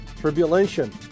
Tribulation